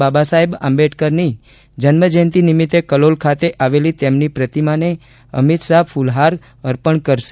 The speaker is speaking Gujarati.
બાબાસાહેબ આંબેડકરની જન્મજયંતિ નિમિત્તે કલોલ ખાતે આવેલ તેમની પ્રતિમાને અમીતશાહ ફુલહાર કરી આદરાંજલી અર્પણ કરશે